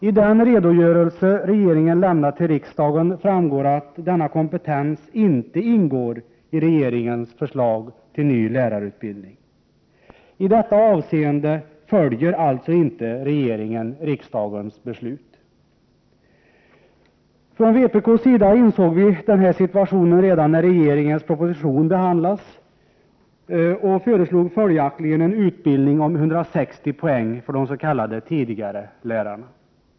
Av den redogörelse som regeringen lämnat till riksdagen framgår att denna kompetens inte ingår i regeringens förslag till ny lärarutbildning. I detta avseende följer alltså inte regeringen riksdagens beslut. Från vpk:s sida insåg vi redan när regeringens proposition behandlades att situationen skulle bli denna, och vi föreslog följaktligen en utbildning om 160 poäng för de s.k. tidigarelärarna.